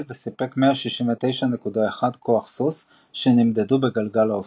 וסיפק 169.1 כוח סוס שנמדדו בגלגל האופנוע.